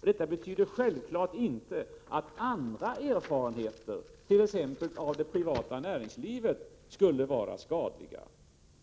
Detta betyder självfallet inte att andra erfarenheter, t.ex. av det privata näringslivet, skulle vara skadliga.